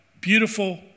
beautiful